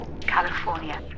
California